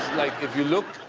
like if you look,